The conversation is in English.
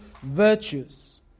virtues